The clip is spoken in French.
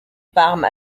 parme